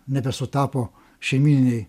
nebesutapo šeimyniniai